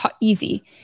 easy